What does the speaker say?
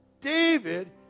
David